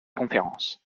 conférence